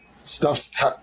stuff's